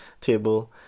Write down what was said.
table